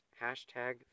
hashtag